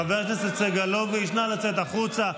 חבר הכנסת סגלוביץ', נא לצאת החוצה.